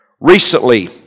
Recently